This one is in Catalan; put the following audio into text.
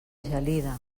gelida